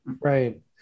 Right